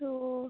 तो